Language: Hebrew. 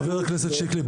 חבר הכנסת שיקלי,